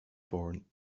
born